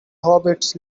hobbits